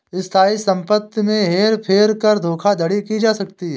स्थायी संपत्ति में हेर फेर कर धोखाधड़ी की जा सकती है